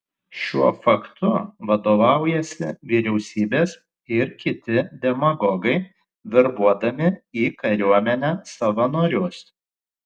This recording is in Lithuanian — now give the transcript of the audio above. šiuo faktu vadovaujasi vyriausybės ir kiti demagogai verbuodami į kariuomenę savanorius